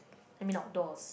I mean outdoors